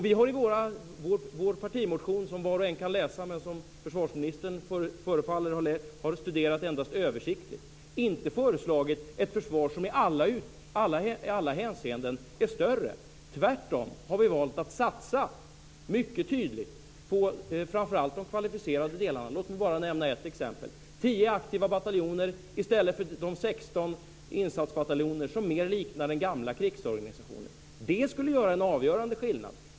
Vi har i vår partimotion som var och en kan läsa men som försvarsministern förefaller ha studerat endast översiktligt inte föreslagit ett försvar som i alla hänseenden är större. Tvärtom har vi valt att satsa mycket tydligt på framför allt de kvalificerade delarna. Låt mig bara nämna ett exempel. Vi föreslår 10 aktiva bataljoner i stället för de 16 insatsbataljoner som mer liknar den gamla krigsorganisationen. Det skulle göra en avgörande skillnad.